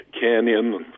Canyon